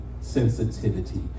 sensitivity